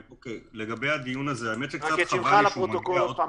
לגבי הדיון הזה, האמת שקצת חבל לי